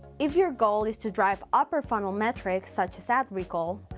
if your goal is to drive upper funnel metrics, such as ad recall,